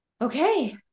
okay